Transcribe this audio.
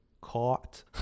caught